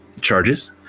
charges